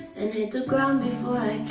and hit the ground before